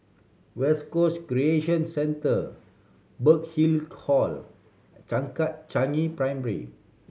West Coast Recreation Centre Burhill Call and Changkat Primary